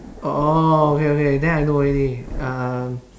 orh okay okay then I know already uh